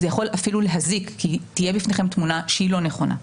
זה יכול אפילו להזיק כי תהיה בפניכם תמונה שהיא לא נכונה.